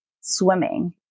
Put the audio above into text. swimming